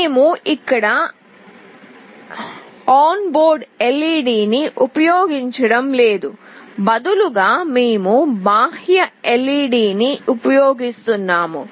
మేము ఇక్కడ onboard LED ని ఉపయోగించడం లేదు బదులుగా మేము బాహ్య LED ని ఉపయోగిస్తున్నాము